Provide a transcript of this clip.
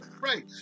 Right